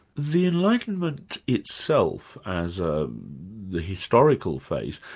the enlightenment itself as ah the historical face,